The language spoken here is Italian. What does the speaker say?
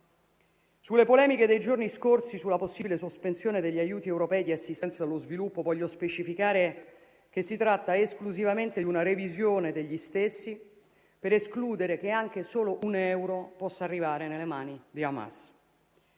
Sulle polemiche dei giorni scorsi sulla possibile sospensione degli aiuti europei di assistenza allo sviluppo, voglio specificare che si tratta esclusivamente di una revisione degli stessi per escludere che anche solo un euro possa arrivare nelle mani di Hamas.